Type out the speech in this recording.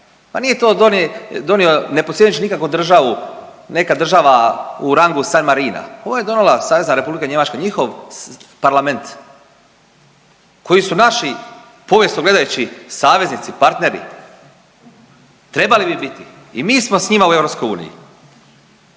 nikakvu državu, neka država u rangu San Marina, ovo je donijela SR Njemačka, njihov parlament, koji su naši povijesno gledajući saveznici, partneri, trebali bi biti i mi smo s njima u EU.